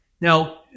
Now